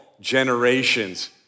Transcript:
generations